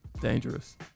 dangerous